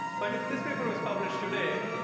but if this paper was published today,